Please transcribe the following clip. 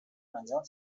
انجام